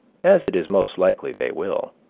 as it is most likely they will.